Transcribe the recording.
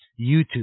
YouTube